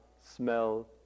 smell